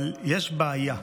אבל יש בעיה.